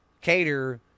cater